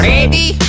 Ready